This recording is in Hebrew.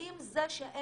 האם זה שאין